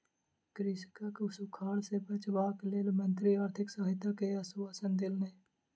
कृषकक सूखाड़ सॅ बचावक लेल मंत्री आर्थिक सहायता के आश्वासन देलैन